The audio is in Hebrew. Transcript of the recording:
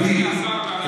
העשייה שלך מבורכת,